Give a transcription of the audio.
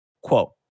quote